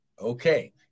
Okay